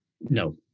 no